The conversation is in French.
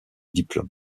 diplômes